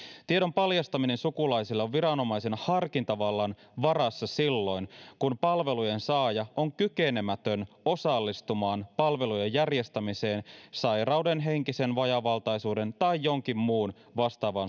tiedon paljastaminen sukulaisille on viranomaisen harkintavallan varassa silloin kun palvelujen saaja on kykenemätön osallistumaan palvelujen järjestämiseen sairauden henkisen vajaavaltaisuuden tai jonkin muun vastaavan